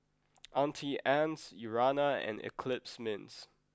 auntie Anne's Urana and eclipse mints